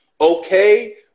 okay